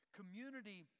Community